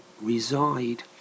reside